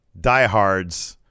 diehard's